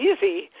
easy